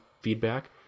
feedback